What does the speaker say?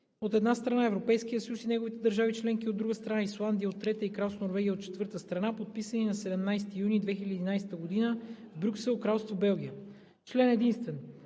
от една страна, Европейския съюз и неговите държави членки, от друга страна, Исландия, от трета страна, и Кралство Норвегия, от четвърта страна, подписани на 17 юни 2011 г. в Брюксел, Кралство Белгия Член единствен.